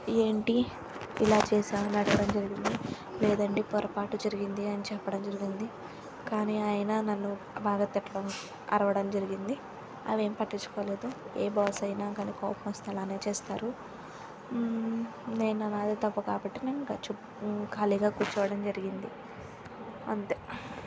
ఏంటి ఇలా చేసావు అని అడగడం జరిగింది లేదు అండి పొరపాటు జరిగింది అని చెప్పడం జరిగింది కానీ ఆయన నన్ను బాగా తిట్టడం అరవడం జరిగింది అవేం పట్టించుకోలేదు ఏ బాస్ అయిన తనకి కోపము వస్తే అలానే చేస్తారు నేను నాదే తప్పు కాబట్టి నెను గచుప్ ఖాళీగా కూర్చోవడం జరిగింది అంతే